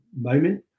moment